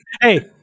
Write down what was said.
Hey